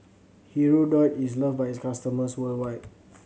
Hirudoid is loved by its customers worldwide